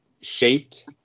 shaped